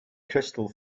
crystal